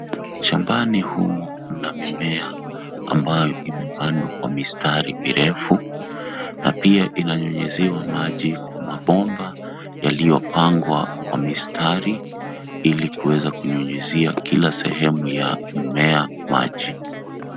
Shambani humu mna mimea ambayo imepandwa kwa mistari mirefu na pia inanyunyiziwa maji kwa mabomba yaliyopangwa kwa mistari ili kuweza kunyunyizia kila mmea maji.